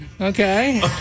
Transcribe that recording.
Okay